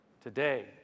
today